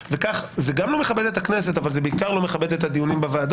וכך זה גם לא מכבד את הכנסת אבל זה בעיקר לא מכבד את הדיונים בוועדות.